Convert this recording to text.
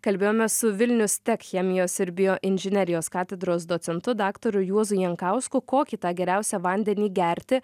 kalbėjome su vilnius tech chemijos ir bioinžinerijos katedros docentu daktaru juozu jankausku kokį tą geriausią vandenį gerti